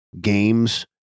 games